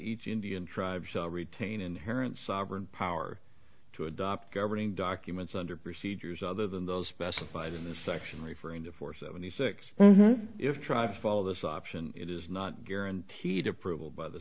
each indian tribes will retain inherent sovereign power to adopt governing documents under procedures other than those specified in the section referring to for seventy six then if try to follow this option it is not guaranteed approval by the